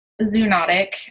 zoonotic